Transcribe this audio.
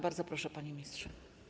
Bardzo proszę, panie ministrze.